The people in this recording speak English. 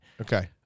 okay